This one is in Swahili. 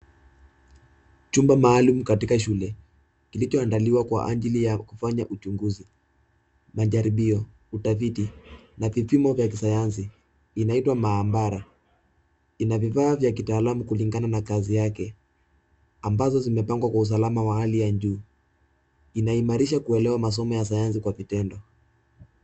chumba maalum katika shule, kilicho andaliwa kwa ajili ya kufanya uchunguzi, majaribio, utafiti na vipimo vya kisayansi, inaitwa maabara ina vifaa vya kitaalum kulingana na kazi yake, ambazo zimepangwa kwa usalama wa hali ya juu, inaimarisha kuuelewa masomo ya sayansi kwa vitendo.